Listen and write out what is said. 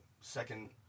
second